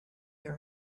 hear